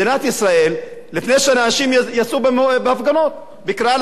לפני שאנשים יצאו בהפגנות בקריאה לצדק חברתי,